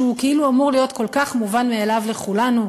שהוא כאילו אמור להיות כל כך מובן מאליו לכולנו,